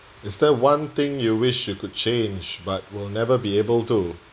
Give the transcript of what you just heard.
is there one thing you wish you could change but will never be able to